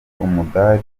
umudali